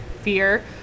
fear